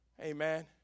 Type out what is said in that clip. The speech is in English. Amen